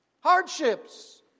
Hardships